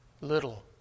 little